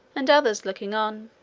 and others looking on.